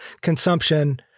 consumption